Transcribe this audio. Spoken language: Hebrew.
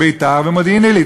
ביתר-עילית ומודיעין-עילית.